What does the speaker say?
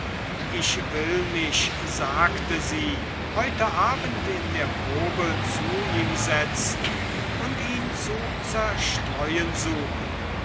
ich will mich sagte sie heute abend in der probe zu ihm setzen und ihn zu zerstreuen suchen